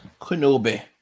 Kenobi